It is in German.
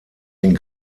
den